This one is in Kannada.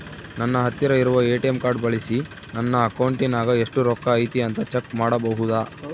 ನನ್ನ ಹತ್ತಿರ ಇರುವ ಎ.ಟಿ.ಎಂ ಕಾರ್ಡ್ ಬಳಿಸಿ ನನ್ನ ಅಕೌಂಟಿನಾಗ ಎಷ್ಟು ರೊಕ್ಕ ಐತಿ ಅಂತಾ ಚೆಕ್ ಮಾಡಬಹುದಾ?